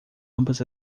ambas